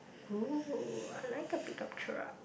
!ooh! I like a pick up truck